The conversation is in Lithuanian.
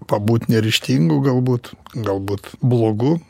pabūt neryžtingu galbūt galbūt blogu